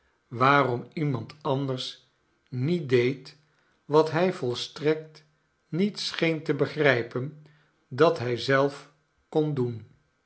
waarom iemand anders niet deed wat hij volstrekt niet scheen te begrijpen dat hij zelf kon doen